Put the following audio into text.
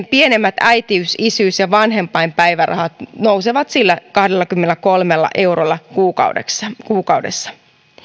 pienimmät äitiys isyys ja vanhempainpäivärahat nousevat sillä kahdellakymmenelläkolmella eurolla kuukaudessa kuukaudessa